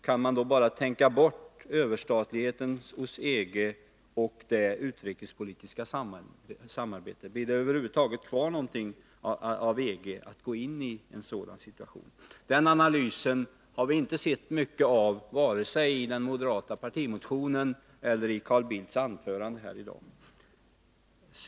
Kan man bara tänka bort överstatligheten hos EG och det utrikespolitiska samarbetet? Blir det i en sådan situation över huvud taget kvar någonting av EG att gå in i? Den analysen har vi inte märkt mycket av vare sig i den moderata partimotionen eller i Carl Bildts anförande här i dag.